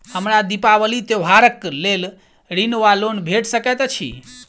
हमरा दिपावली त्योहारक लेल ऋण वा लोन भेट सकैत अछि?